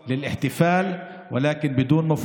את זה בערבית.) אבל לא רק